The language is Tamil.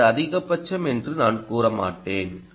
எனது அதிகபட்சம் என்று நான் கூறமாட்டேன்